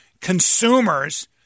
consumers